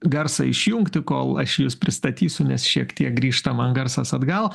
garsą išjungti kol aš jus pristatysiu nes šiek tiek grįžta man garsas atgal